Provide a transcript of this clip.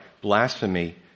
blasphemy